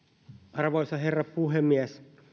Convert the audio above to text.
arvoisa herra puhemies